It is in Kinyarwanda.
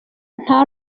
nta